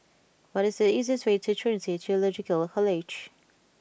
what is the easiest way to Trinity Theological College